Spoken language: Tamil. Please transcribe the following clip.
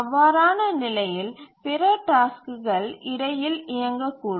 அவ்வாறான நிலையில் பிற டாஸ்க்குகள் இடையில் இயங்கக்கூடும்